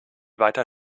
weiter